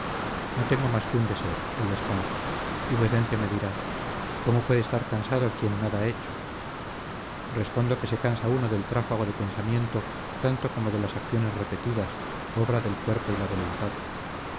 no tengo más que un deseo el descanso y vuecencia me dirá cómo puede estar cansado quien nada ha hecho respondo que se cansa uno del tráfago del pensamiento tanto como de las acciones repetidas obra del cuerpo y la voluntad